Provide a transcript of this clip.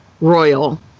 royal